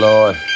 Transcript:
Lord